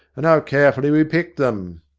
and how carefully we pick them!